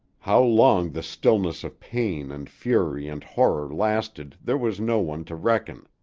how long the stillness of pain and fury and horror lasted there was no one to reckon.